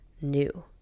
new